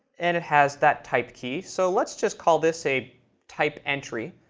and it has that type key, so let's just call this a type entry.